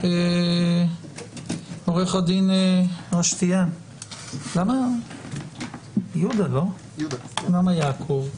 עורך הדין רשתיאן יהודה יעקב.